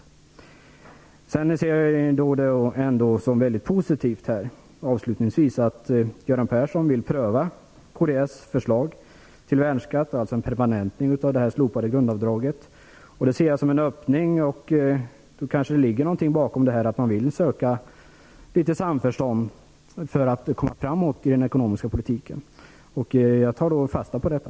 Avslutningsvis vill jag säga att jag ser det som mycket positivt att Göran Persson vill pröva kds förslag till värnskatt, dvs. en permanentning av det slopade grundavdraget. Det ser jag som en öppning. Det kanske ligger någonting bakom talet om att man vill söka samförstånd för att komma framåt i den ekonomiska politiken. Jag tar fasta på detta.